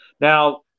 Now